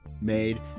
made